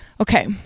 Okay